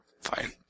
Fine